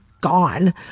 gone